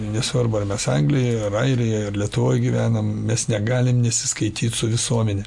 nesvarbu ar mes anglijoj ar airijoj ar lietuvoj gyvenam mes negalim nesiskaityt su visuomene